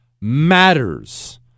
matters